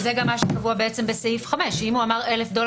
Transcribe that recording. -- וזה גם מה שקבוע בסעיף 5. אם הוא אמר "1,000 ש"ח